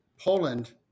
Poland